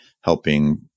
helping